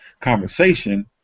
conversation